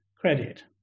credit